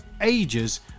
ages